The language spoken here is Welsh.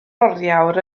oriawr